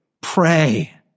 pray